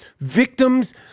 victims